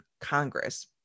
Congress